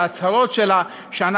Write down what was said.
את ההצהרות שלה ש,